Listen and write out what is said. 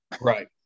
right